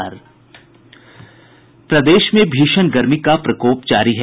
प्रदेश में भीषण गर्मी का प्रकोप जारी है